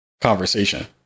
conversation